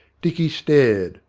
dicky stared,